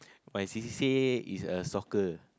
my C_C_A is uh soccer